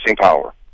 power